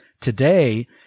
Today